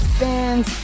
fans